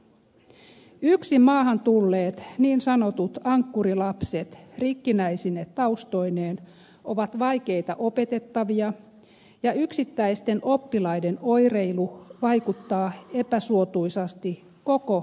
yksin maahan tulleet niin sanotut ankkurilapset rikkinäisine taustoineen ovat vaikeita opetettavia ja yksittäisten oppilaiden oireilu vaikuttaa epäsuotuisasti koko luokkaan